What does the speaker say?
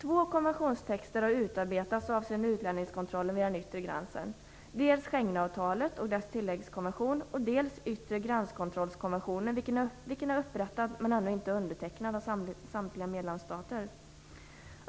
Två konventionstexter har utarbetats avseende utlänningskontrollen vid den yttre gränsen: dels Schengenavtalet och dess tilläggskonvention, dels yttre gränskontrollskonventionen, vilken är upprättad men inte undertecknad av samtliga medlemsstater.